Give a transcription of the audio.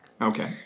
Okay